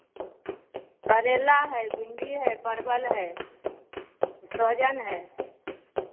करैला हइ भिण्डी हइ परवल हइ सहजन हइ